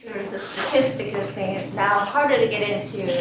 there's a statistic of saying, now harder to get into